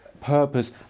purpose